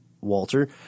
Walter